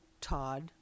Todd